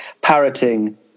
parroting